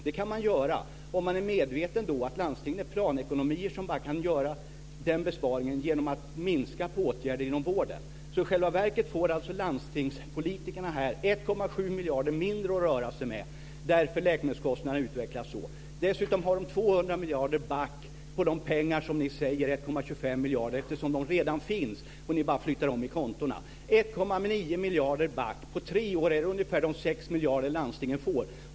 Det kan man göra om man är medveten om att landstingen är planekonomier som bara kan göra den besparingen genom att minska på åtgärder inom vården. I själva verket får landstingspolitikerna 1,7 miljarder mindre att röra sig med därför att läkemedelkostnaderna utvecklas så. Dessutom går de 200 miljarder back när det gäller de pengar som ni talar om - 1,25 miljarder - eftersom de redan finns och ni bara flyttar om mellan kontona. Man går 1,9 miljarder back. På tre år är det ungefär de 6 miljarder landstingen får.